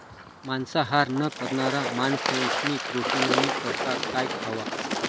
मांसाहार न करणारा माणशेस्नी प्रोटीननी करता काय खावा